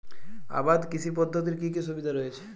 আবাদ কৃষি পদ্ধতির কি কি সুবিধা রয়েছে?